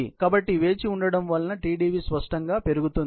కాబట్టి వేచి ఉండటం వలన Tdv స్పష్టంగా పెరుగుతుంది